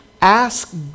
Ask